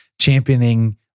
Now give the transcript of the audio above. championing